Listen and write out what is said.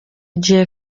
gihe